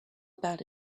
about